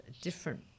different